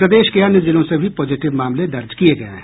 प्रदेश के अन्य जिलों से भी पॉजिटिव मामले दर्ज किये गये हैं